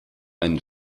ein